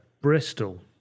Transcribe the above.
Bristol